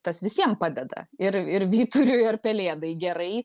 tas visiem padeda ir ir vyturiui ir pelėdai gerai